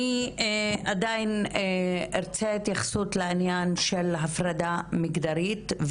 אני עדיין ארצה התייחסות לעניין של הפרדה מגדרית,